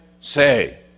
say